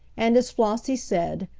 and, as flossie said,